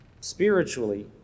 Spiritually